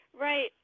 Right